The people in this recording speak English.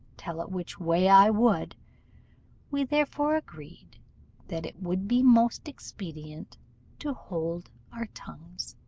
tell it which way i would we therefore agreed that it would be most expedient to hold our tongues.